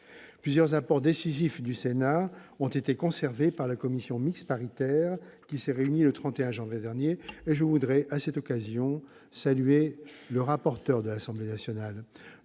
Plusieurs apports décisifs du Sénat ont été conservés par la commission mixte paritaire qui s'est réunie le 31 janvier dernier, et je voudrais à cette occasion saluer le rapporteur de l'Assemblée nationale,